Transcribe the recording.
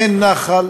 אין נחל